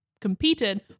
competed